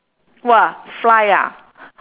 !wah! fly ah